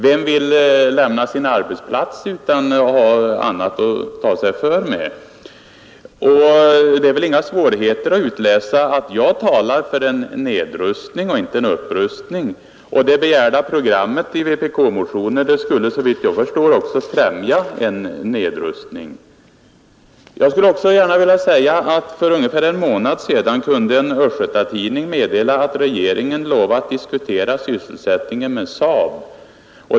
Vem vill lämna sin arbetsplats utan att ha en annan sysselsättning? Det är väl inte svårt att läsa ut att jag talar för nedrustning och inte för upprustning. Det i vpk-motionen begärda programmet skulle också främja en nedrustning. Jag skulle också gärna vilja erinra om att en östgötatidning för ungefär en månad sedan kunde meddela, att regeringen lovat att diskutera sysselsättningen med SAAB.